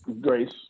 Grace